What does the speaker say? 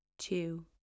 two